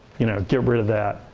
you know get rid of that.